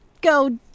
go